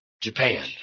Japan